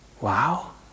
Wow